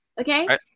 Okay